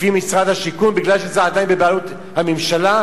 לפי משרד השיכון, מפני שזה עדיין בבעלות הממשלה?